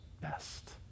best